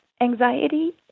Anxiety